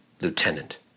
Lieutenant